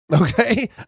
okay